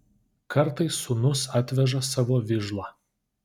kartais sūnus atveža savo vižlą